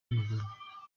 magara